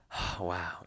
Wow